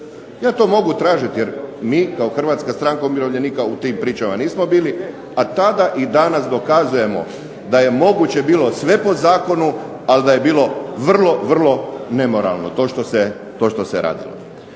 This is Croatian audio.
Ja to mogu tražiti, jer mi kao Hrvatska stranka umirovljenika u tim pričama nismo bili. A tada i danas dokazujemo da je moguće bilo sve po zakonu, ali da je bilo vrlo, vrlo nemoralno to što se radilo.